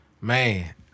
Man